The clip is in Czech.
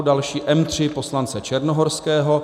Další M3 poslance Černohorského.